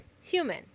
human